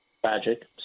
tragic